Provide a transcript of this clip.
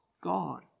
God